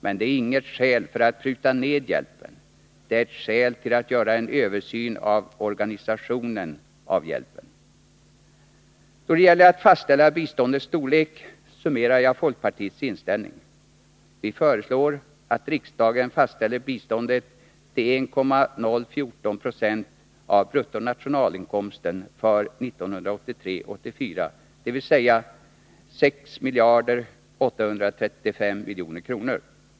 Men det är inget skäl för att pruta ned hjälpen, det är ett skäl till att göra en översyn av hur hjälpen är organiserad. Då det gäller att fastställa biståndets storlek summerar jag folkpartiets inställning: Vi föreslår att riksdagen fastställer biståndet till 1,014 20 av bruttonationalinkomsten för 1983/84, dvs. 6 835 milj.kr.